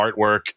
artwork